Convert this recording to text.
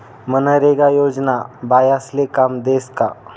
मनरेगा योजना बायास्ले काम देस का?